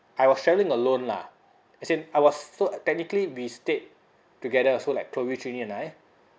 I was traveling alone lah as in I was so technically we stayed together so like chloe triny and I